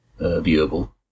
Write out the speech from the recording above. viewable